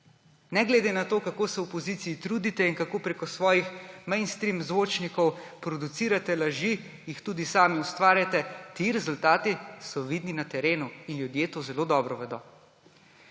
Ne glede na to, kako se v opoziciji trudite in kako prek svojih mainstream zvočnikov producirate laži, jih tudi sami ustvarjate, so ti rezultati vidni na terenu in ljudje to zelo dobro vedo.